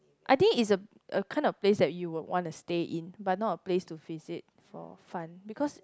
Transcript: I think is a a kind of place that you would want to stay in but not a place to visit for fun because